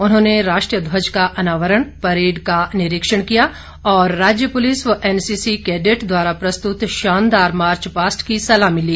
उन्होंने राष्ट्रीय ध्वज का अनावरण परेड का निरीक्षण किया और राज्य पुलिस व एनसीसी कैडेट द्वारा प्रस्तुत शानदार मार्च पास्ट की सलामी ली